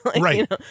right